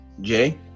Jay